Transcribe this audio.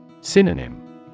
Synonym